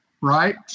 right